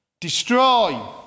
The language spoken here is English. destroy